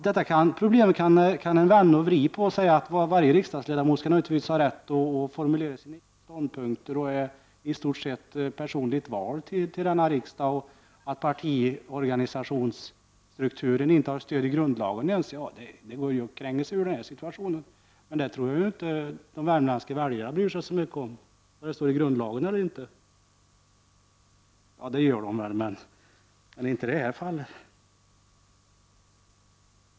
Detta problem kan man vända och vrida på och säga att varje riksdagsledamot naturligtvis skall ha rätt att följa sina egna ståndpunkter, att det är i stor sett personliga val till denna riksdag och att partiorganisationsstrukturen inte ens har stöd i grundlagen. Det går att kränga sig ur den här situationen. Men jag tror inte att de värmländska väljarna bryr sig så mycket om huruvida just detta fall står i grundlagen eller inte.